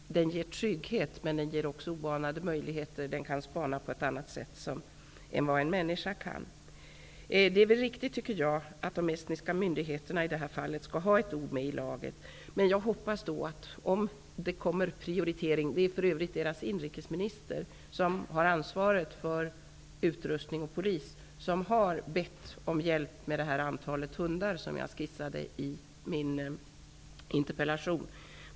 Den ger trygghet men också oanade möjligheter. Den kan spana på ett annat sätt än vad en människa kan. Det är väl riktigt att de estniska myndigheterna i det här fallet skall ha ett ord med i laget. Det är för övrigt Estlands inrikesminister, med ansvar för utrustning av polisen, som har bett om hjälp med det antal hundar som jag skissade i min interpellation.